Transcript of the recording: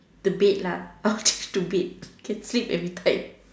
the bed lah I'll choose the bed can sleep everytime